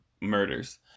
murders